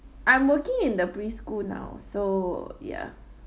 I'm working in the preschool now so ya